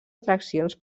atraccions